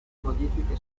modifiche